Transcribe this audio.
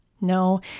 No